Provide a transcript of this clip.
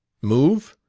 move?